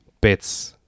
bits